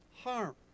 harm